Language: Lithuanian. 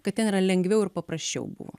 kad ten yra lengviau ir paprasčiau buvo